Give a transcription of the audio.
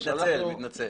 מתנצל, מתנצל.